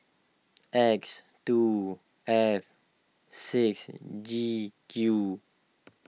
X two F six G Q